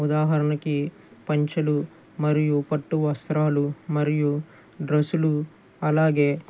ఉదాహరణకి పంచలు మరియు పట్టు వస్త్రాలు మరియు డ్రస్సులు అలాగే